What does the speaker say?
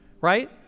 right